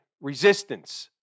resistance